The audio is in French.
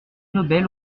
nobel